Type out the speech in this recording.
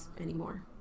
anymore